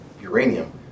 uranium